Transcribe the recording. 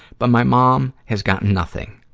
but my mom has gotten nothing.